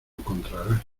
encontrarás